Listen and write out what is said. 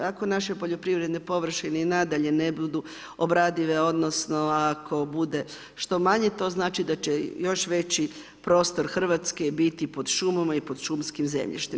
Ako naše poljoprivredne površine i nadalje ne budu obradive, odnosno ako bude što manje, to znači da će još veći prostor Hrvatske biti pod šumama i pod šumskim zemljištem.